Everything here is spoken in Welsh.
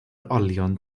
olion